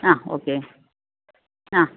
ആ ഓക്കെ ആ